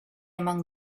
among